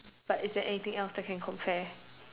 but is there anything else that can compare